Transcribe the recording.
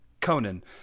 Conan